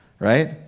Right